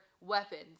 weapons